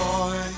Boy